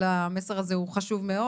אבל המסר הזה הוא חשוב מאוד.